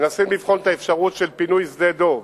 מנסים לבחון את האפשרות של פינוי שדה דב,